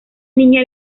niña